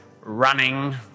running